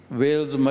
whales